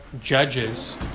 judges